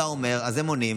אתה אומר, אז הם עונים.